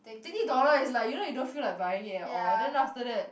twenty dollar is like you know you don't feel like buying it at all then after that